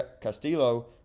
Castillo